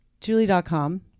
julie.com